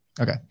Okay